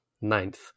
ninth